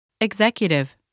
Executive